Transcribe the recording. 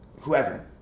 whoever